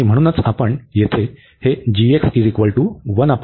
आणि म्हणूनच आपण येथे हे निवडले आहे